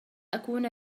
أكون